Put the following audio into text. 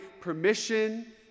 permission